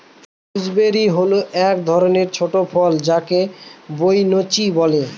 gooseberry হল এক ধরনের ছোট ফল যাকে বৈনচি বলে